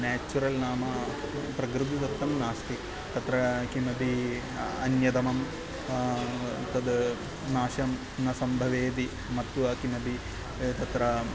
natural नाम प्रकृतिदत्तं नास्ति तत्र किमपि अन्यतमं तद् नाशं न सम्भवति मत्वा किमपि तत्र